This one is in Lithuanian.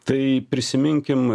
tai prisiminkim